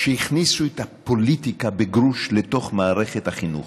שהכניסו את הפוליטיקה בגרוש לתוך מערכת החינוך.